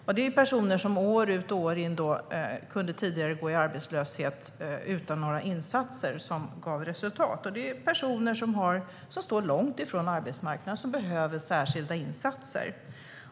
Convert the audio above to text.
Det var personer som tidigare kunde vara arbetslösa år ut och år in utan några insatser som gav resultat. Det handlar om personer som står långt från arbetsmarknaden och behöver särskilda insatser.